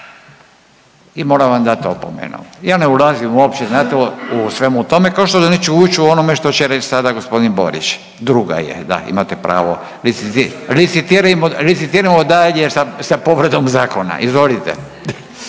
i moram vam dati opomenu. Ja ne ulazim uopće znate u svemu tome kao neću ući u onome što će reći sada gospodin Borić. Druga je, da imate pravo, licitirajmo dalje sa povredom zakona. Izvolite.